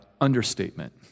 understatement